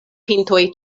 pintoj